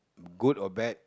good or bad